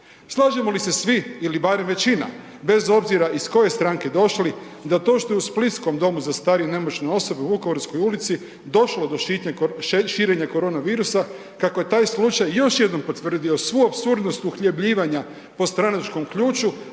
Slažemo li se svi ili barem većina bez obzira iz koje stranke došli da to što je u splitskom domu za starije i nemoćne osobe u Vukovarskoj ulici došlo do širenja koronavirusa kako je taj slučaj još jednom potvrdio svu apsurdnost uhljebljivanja po stranačkom ključu